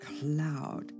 cloud